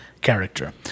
character